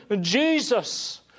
Jesus